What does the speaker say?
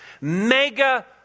Mega